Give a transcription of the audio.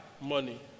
money